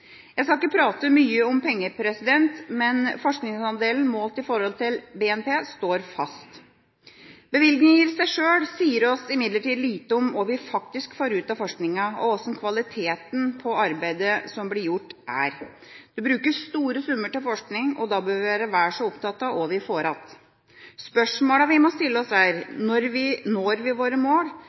Jeg skal ikke snakke mye om penger, men forskningsandelen målt i forhold til BNP står fast. Bevilgninger i seg sjøl sier oss imidlertid lite om hva vi faktisk får ut av forskninga, og om hvordan kvaliteten på arbeidet som blir gjort, er. Det brukes store summer til forskning, og da bør vi være vel så opptatt av hva vi får igjen. Spørsmålene vi må stille oss, er: Når vi våre mål,